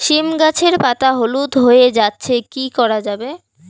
সীম গাছের পাতা হলুদ হয়ে যাচ্ছে কি করা যাবে?